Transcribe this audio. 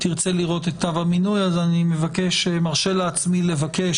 תרצה לראות את כתב המינוי אז אני מרשה לעצמי לבקש